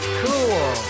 cool